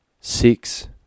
six